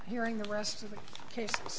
hearing the rest of the case